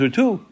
two